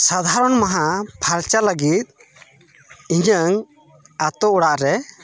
ᱥᱟᱫᱷᱟᱨᱚᱱ ᱢᱟᱦᱟ ᱯᱷᱟᱨᱪᱟ ᱞᱟᱹᱜᱤᱫ ᱤᱧᱟᱹᱜ ᱟᱹᱛᱩ ᱚᱲᱟᱜ ᱨᱮ